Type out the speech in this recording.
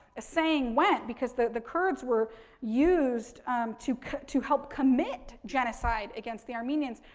a saying went, because the the kurds were used to to help commit genocide against the armenians,